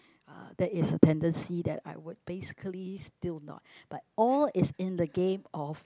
that is tendency that I would basically still not but all is in the games of